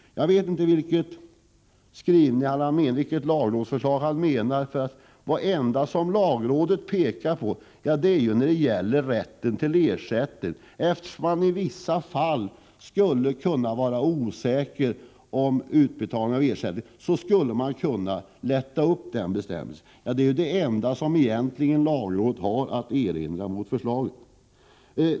Jag vet inte vilket lagrådsför slag som han menar, för det enda som lagrådet pekar på gäller rätten till ersättning, där det framhåller att eftersom man i vissa fall kan vara osäker om ersättningens utbetalande, skulle man kunna utvidga ersättningsrätten. Ja, detta är egentligen det enda som lagrådet har att erinra mot förslaget.